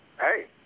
hey